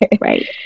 Right